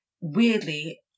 weirdly